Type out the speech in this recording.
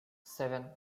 seven